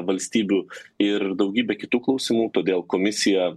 valstybių ir daugybė kitų klausimų todėl komisija